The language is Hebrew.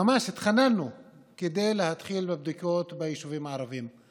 ממש התחננו להתחיל בבדיקות ביישובים הערביים.